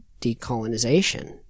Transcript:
decolonization